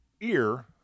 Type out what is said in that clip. ear